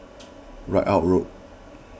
Ridout Road